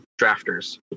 drafters